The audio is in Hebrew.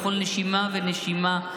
בכל נשימה ונשימה,